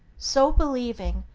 so believing,